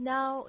Now